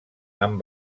han